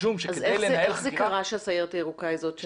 איך זה קרה שהסיירת הירוקה היא המפקחת?